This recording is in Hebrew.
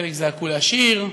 חלק זעקו להשאיר,